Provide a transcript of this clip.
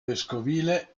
vescovile